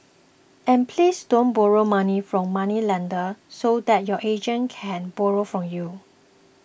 and please don't borrow money from moneylenders so that your agent can borrow from you